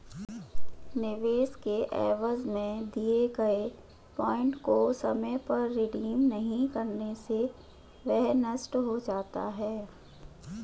निवेश के एवज में दिए गए पॉइंट को समय पर रिडीम नहीं करने से वह नष्ट हो जाता है